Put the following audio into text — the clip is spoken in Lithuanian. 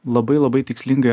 labai labai tikslingai